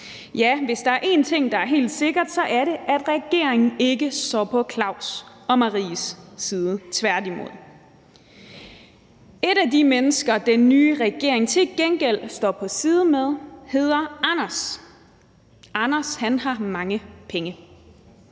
Ja, hvis der er en ting, der er helt sikker, så er det, at regeringen ikke står på Claus' og Maries side, tværtimod. Et af de mennesker, den nye regering til gengæld har på sin side, hedder Anders. Anders har mange penge